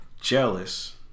jealous